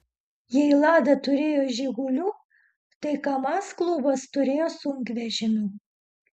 jei lada turėjo žigulių tai kamaz klubas turėjo sunkvežimių